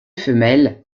femelles